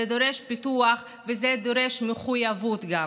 זה דורש פיתוח וזה דורש גם מחויבות.